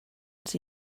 els